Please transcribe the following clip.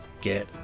get